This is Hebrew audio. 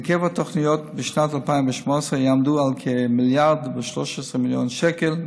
היקף התוכניות בשנת 2018 יעמוד על כמיליארד ו-13 מיליון שקל,